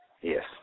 Yes